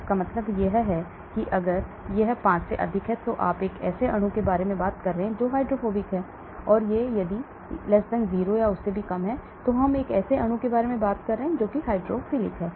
इसका मतलब है कि अगर यह 5 से अधिक है तो आप एक अणु के बारे में बात कर रहे हैं जो हाइड्रोफोबिक है और यदि यह 0 या उससे कम है तो हम एक ऐसे अणु के बारे में बात कर रहे हैं जो बहुत ही हाइड्रोफिलिक है